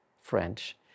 French